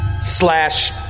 slash